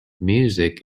music